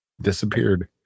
disappeared